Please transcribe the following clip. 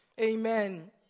amen